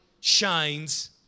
shines